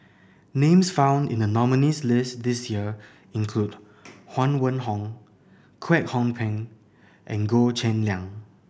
names found in the nominees' list this year include Huang Wenhong Kwek Hong Png and Goh Cheng Liang